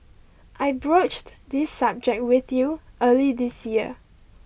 I broached this subject with you early this year